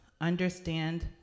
Understand